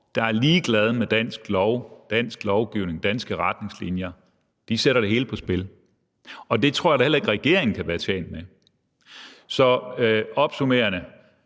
der er ligeglade med dansk lov, dansk lovgivning, danske retningslinjer, sætter det hele på spil, og det tror jeg da heller ikke regeringen kan være tjent med. Så opsummerende: